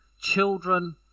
children